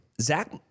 Zach